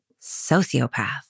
sociopath